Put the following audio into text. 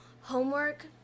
Homework